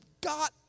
got